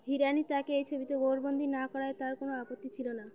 হিরানি তাকে এই ছবিতে ঘরবন্দি না করায় তার কোনও আপত্তি ছিল না